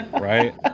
Right